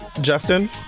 Justin